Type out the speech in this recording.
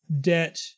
debt